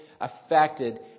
affected